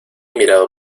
mirado